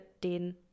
den